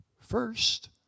first